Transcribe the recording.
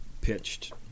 pitched